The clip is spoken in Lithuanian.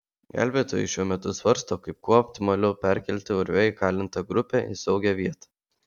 gelbėtojai šiuo metu svarsto kaip kuo optimaliau perkelti urve įkalintą grupę į saugią vietą